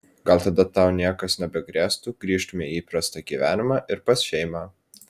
gal tada tau niekas nebegrėstų grįžtumei į įprastą gyvenimą ir pas šeimą